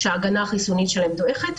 שההגנה החיסונית שלהם דועכת.